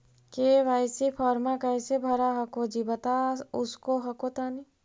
KYC फॉर्मा कैसे भरा हको जी बता उसको हको तानी?